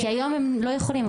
היום הם לא יכולים,